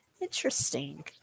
Interesting